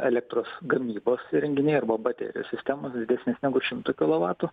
elektros gamybos įrenginiai arba baterijų sistemos didesnės negu šimto kilovatų